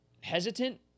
hesitant